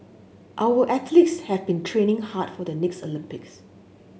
our athletes have been training hard for the next Olympics